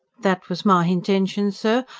that was my h'intention, sir.